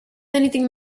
anything